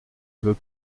veut